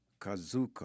Kazuko